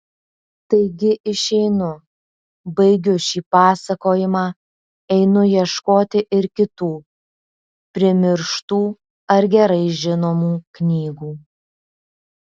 taigi išeinu baigiu šį pasakojimą einu ieškoti ir kitų primirštų ar gerai žinomų knygų